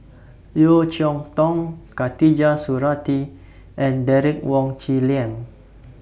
Yeo Cheow Tong Khatijah Surattee and Derek Wong Zi Liang